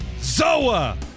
ZOA